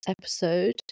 episode